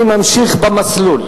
אני ממשיך במסלול,